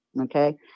okay